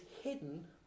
hidden